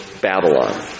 Babylon